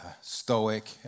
stoic